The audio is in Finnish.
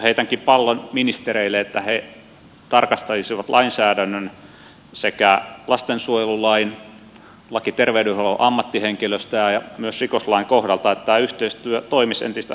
heitänkin pallon ministereille että he tarkastaisivat lainsäädännön sekä lastensuojelulain lain terveydenhuollon ammattihenkilöistä että myös rikoslain kohdalta että tämä yhteistyö toimisi entistä saumattomammin